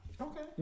Okay